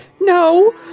No